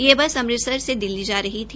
यह बस अमृतसर से दिल्ली जा रही थी